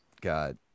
God